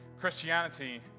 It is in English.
Christianity